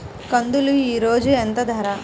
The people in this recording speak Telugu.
కందులు ఈరోజు ఎంత ధర?